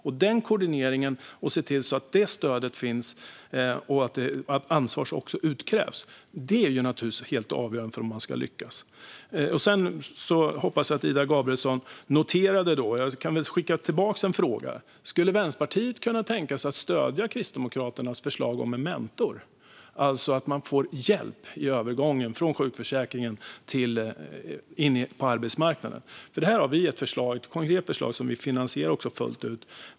Att den koordineringen och det stödet finns och att ansvar utkrävs är naturligtvis helt avgörande för att man ska lyckas. Jag hoppas att Ida Gabrielsson noterat Kristdemokraternas förslag om en mentor. Jag kan väl skicka tillbaka en fråga: Skulle Vänsterpartiet kunna tänka sig att stödja det förslaget? Det handlar om att man får hjälp i övergången från sjukförsäkringen till arbetsmarknaden. Här har vi ett konkret förslag som vi också finansierar fullt ut.